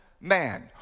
man